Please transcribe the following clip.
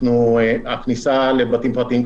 הכניסה לבתים פרטיים,